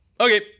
Okay